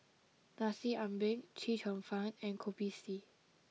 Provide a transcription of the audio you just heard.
Nasi Ambeng Chee Cheong Fun and Kopi C